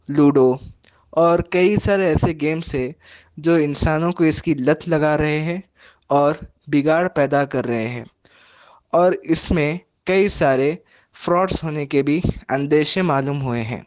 ludo اور کئی سارے ایسے گیمس ہے جو انسانوں کو اس کی لت لگا رہے ہیں اور بگاڑ پیدا کر رہے ہیں اور اس میں کئی سارے فراڈس ہونے کے بھی اندیشے معلوم ہوئے ہیں